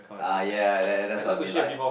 ah ya that that's what I mean like